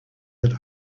had